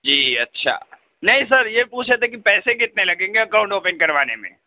جی اچھا نہیں سر یہ پوچھ رہے تھے کہ پیسے کتنے لگیں گے اکاونٹ اوپن کروانے میں